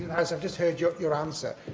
house, i've just heard your your answer,